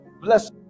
bless